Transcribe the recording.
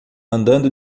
andando